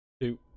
two